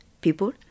people